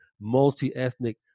multi-ethnic